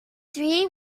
three